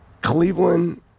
Cleveland –